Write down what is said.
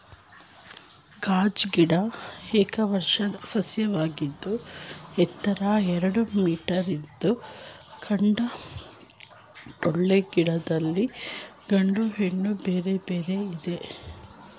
ಗಾಂಜಾ ಗಿಡ ಏಕವಾರ್ಷಿಕ ಸಸ್ಯವಾಗಿದ್ದು ಎತ್ತರ ಎರಡು ಮೀಟರಿದ್ದು ಕಾಂಡ ಟೊಳ್ಳು ಗಿಡದಲ್ಲಿ ಗಂಡು ಹೆಣ್ಣು ಬೇರೆ ಬೇರೆ ಇದೆ